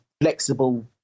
flexible